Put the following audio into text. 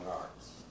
arts